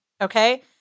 Okay